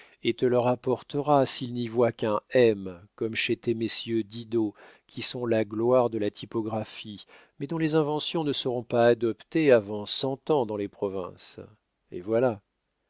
et te le rapportera s'il n'y voit qu'un m comme chez tes messieurs didot qui sont la gloire de la typographie mais dont les inventions ne seront pas adoptées avant cent ans dans les provinces et voilà